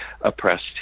oppressed